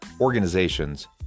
organizations